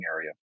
area